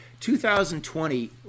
2020